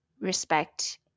respect